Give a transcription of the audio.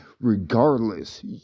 regardless